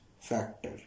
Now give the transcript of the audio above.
factor